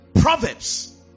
Proverbs